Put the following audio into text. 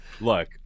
look